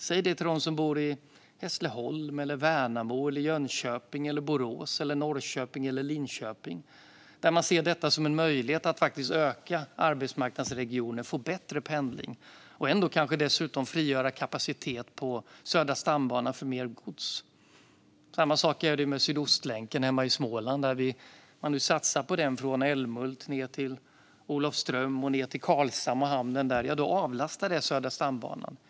Säg det till dem som bor i Hässleholm, Värnamo, Jönköping, Borås, Norrköping eller Linköping där man ser detta som en möjlighet att faktiskt öka arbetsmarknadsregioner och få bättre pendling och kanske dessutom frigöra kapacitet på Södra stambanan för mer gods. Samma sak är det med Sydostlänken hemma i Småland där man nu satsar på den från Älmhult ned till Olofström och ned till Karlshamn och hamnen där. Då avlastar det Södra stambanan.